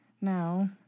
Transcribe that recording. Now